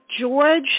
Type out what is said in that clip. George –